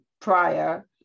prior